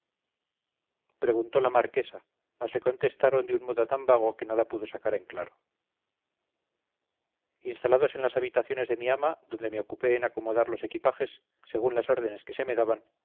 preguntó la marquesa mas le contestaron de un modo tan vago que nada pudo sacar en claro instalados en las habitaciones de mi ama donde me ocupé en acomodar los equipajes según las órdenes que se me daban